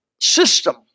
system